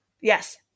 Yes